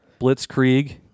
Blitzkrieg